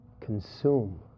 consume